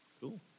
Cool